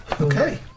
Okay